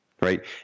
right